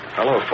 Hello